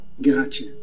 gotcha